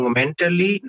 mentally